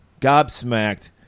gobsmacked